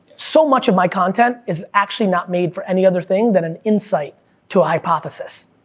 so much of my content is actually not made for any other thing than an insight to a hypothesis.